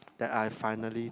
that I finally